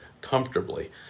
comfortably